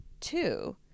two